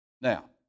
Now